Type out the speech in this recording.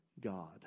God